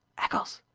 eccles,